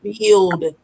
build